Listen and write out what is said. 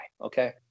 okay